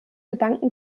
gedanken